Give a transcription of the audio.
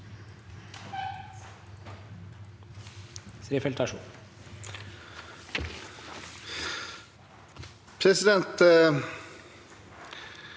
Presidenten